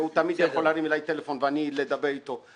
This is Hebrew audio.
והוא תמיד יכול להרים אלי טלפון ואני אדבר אתו,